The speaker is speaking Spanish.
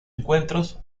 encuentros